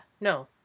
No